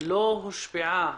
לא הושפעה